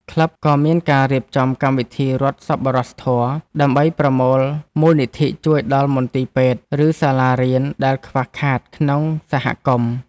ក្លឹបក៏មានការរៀបចំកម្មវិធីរត់សប្បុរសធម៌ ដើម្បីប្រមូលមូលនិធិជួយដល់មន្ទីរពេទ្យ ឬសាលារៀនដែលខ្វះខាតក្នុងសហគមន៍។